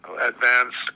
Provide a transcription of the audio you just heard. advanced